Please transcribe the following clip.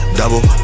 double